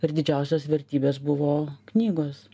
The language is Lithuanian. ir didžiausios vertybės buvo knygos